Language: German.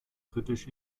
britisch